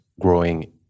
growing